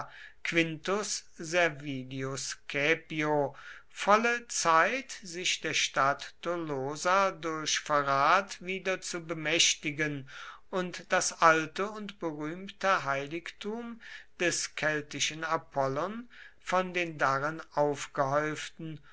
quintus servilius caepio volle zeit sich der stadt tolosa durch verrat wieder zu bemächtigen und das alte und berühmte heiligtum des keltischen apollon von den darin aufgehäuften